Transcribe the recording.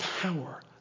power